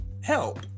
Help